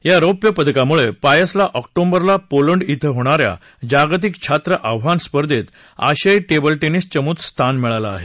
या रौप्य पदकामुळे पायसला ऑक्टोबर ला पोलंड श्वि होणाऱ्या जागतिक छात्र आव्हान स्पर्धेत आशियाई टेबल टेनिस चमूत स्थान मिळाल आहे